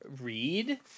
read